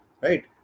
Right